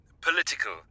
political